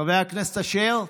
חבר הכנסת אשר,